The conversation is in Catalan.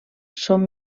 són